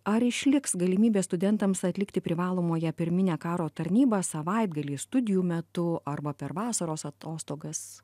ar išliks galimybė studentams atlikti privalomąją pirminę karo tarnybą savaitgaliais studijų metu arba per vasaros atostogas